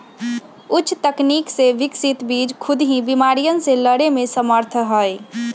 उच्च तकनीक से विकसित बीज खुद ही बिमारियन से लड़े में समर्थ हई